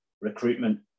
recruitment